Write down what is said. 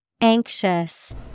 Anxious